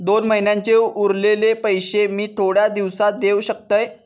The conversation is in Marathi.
दोन महिन्यांचे उरलेले पैशे मी थोड्या दिवसा देव शकतय?